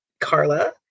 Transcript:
Carla